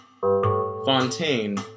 Fontaine